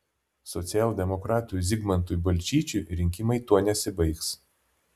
socialdemokratui zigmantui balčyčiui rinkimai tuo nesibaigs